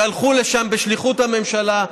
שהלכו לשם בשליחות הממשלה,